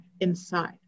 inside